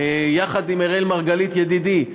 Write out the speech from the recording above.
יחד עם אראל מרגלית ידידי,